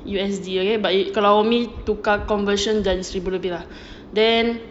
U_S_D okay kalau umi tukar conversion dah seribu lebih lah then